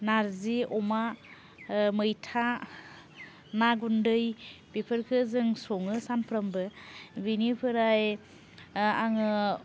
नार्जि अमा मैथा ना गुन्दै बेफोरखौ जों सङो सानफ्रामबो बेनिफ्राय आङो